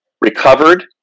recovered